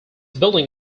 building